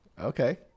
okay